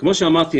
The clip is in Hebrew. כמו שאמרתי,